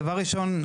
דבר ראשון,